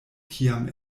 kiam